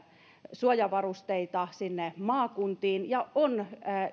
suojavarusteita sinne maakuntiin ja on